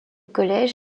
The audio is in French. collège